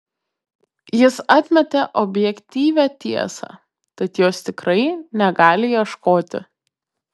jis atmetė objektyvią tiesą tad jos tikrai negali ieškoti